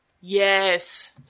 Yes